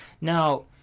Now